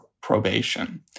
probation